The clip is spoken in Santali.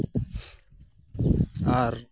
ᱟᱨ